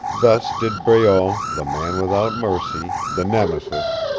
thus did breault, the man without mercy, the nemesis,